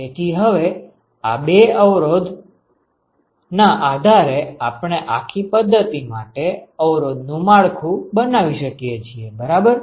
તેથી હવે આ બે અવરોધ ના આધારે આપણે આખી પદ્ધતિ માટે અવરોધ નું માળખું બનાવી શકીએ છીએ બરાબર